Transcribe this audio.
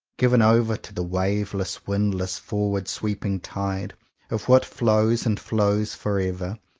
given over to the waveless, windless, forward sweeping tide of what flows and flows forever,